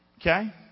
Okay